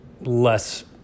less